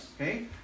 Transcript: Okay